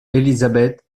elizabeth